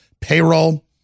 payroll